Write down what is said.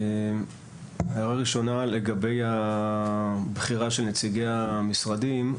הערה ראשונה לגבי הבחירה של נציגי המשרדים.